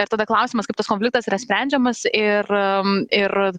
ir tada klausimas kaip tas konfliktas yra sprendžiamas ir ir